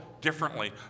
differently